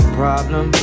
problem